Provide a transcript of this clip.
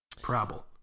Proble